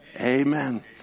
Amen